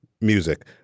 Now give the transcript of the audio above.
music